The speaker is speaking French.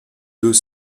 deux